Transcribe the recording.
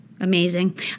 Amazing